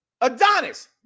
Adonis